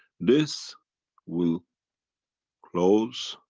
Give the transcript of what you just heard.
this will close,